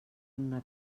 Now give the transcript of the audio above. una